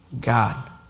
God